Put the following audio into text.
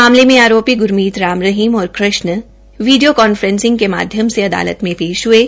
मामले में आरोपी ग्रमीत राम रहीम और कृष्ण वीडियो कांफ्रेसिंग के माध्यम से अदालत में पेश हये